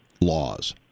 Laws